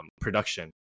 production